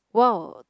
wow